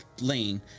lane